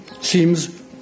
seems